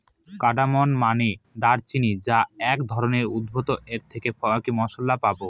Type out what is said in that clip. cardamom মানে দারুচিনি যা এক ধরনের উদ্ভিদ এর থেকে মসলা পাবো